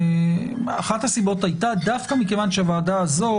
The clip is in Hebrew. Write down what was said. אחת הסיבות הייתה דווקא מכיוון שהוועדה הזאת